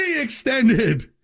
extended